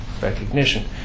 recognition